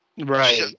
Right